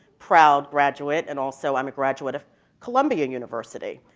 proud graduate and also um a graduate of columbia university.